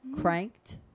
cranked